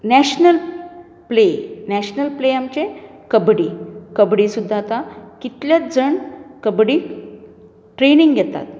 national प्लॅ national प्लॅ आमचे कबड्डी कबड्डी सुद्दां आतां कितलेंच जाण कबड्डी ट्रॅनींग घेतात